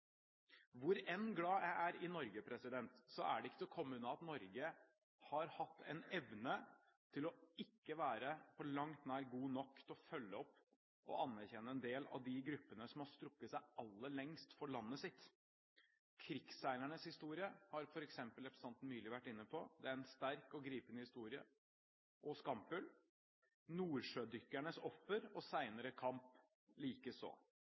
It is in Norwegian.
Hvor glad jeg enn er i Norge, er det ikke til å komme unna at Norge har hatt en evne til ikke å være på langt nær god nok til å følge opp og anerkjenne en del av de gruppene som har strukket seg aller lengst for landet sitt. Krigsseilernes historie har f.eks. representanten Myrli vært inne på. Det er en sterk og gripende historie, og skamfull – nordsjødykkernes offer og senere kamp likeså.